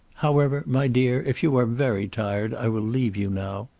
however, my dear, if you are very tired, i will leave you now.